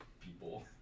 people